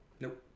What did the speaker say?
Nope